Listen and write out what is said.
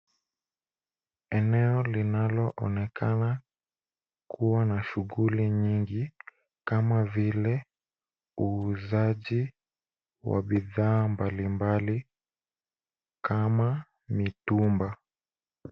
Eneo linaloonekana kuwa na shughuli nyingi kama vile uuzaji wa bidhaa mbalimbali kama mitumba.